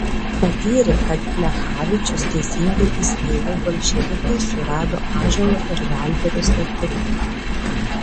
patyrė kad plechavičius teisingai įspėjo bolševikai surado ąžuolo ir žalgirio slėptuvę